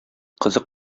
кызык